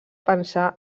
pensar